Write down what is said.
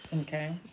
Okay